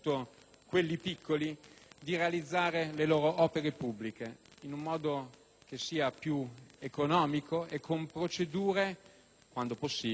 di realizzare le loro opere pubbliche in un modo che sia più economico e con procedure, quando possibile, più rapide.